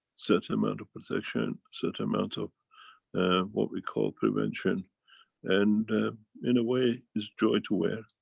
certain amount of protection, certain amount of what we call prevention and in a way it's joy to wear.